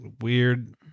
weird